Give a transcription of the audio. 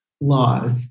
laws